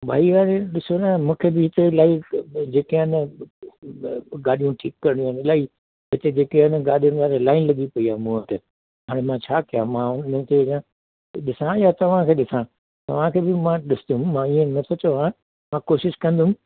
भई आहे ॾिसो न मूंखे बि हिते इलाही जेके आहिनि गाॾियूं ठीकु करिणियूं आहिनि इलाही जेके जेके आहिनि गाॾियुनि वारे लाइन लॻी पेई आहे मूं वटि हाणे मां छा कया मां हुनजे अॻियां ॾिसा या तव्हांखे ॾिसा तव्हांखे बि मां ॾिसंदुमि मां इअं नथो चवा मां कोशिशि कंदुमि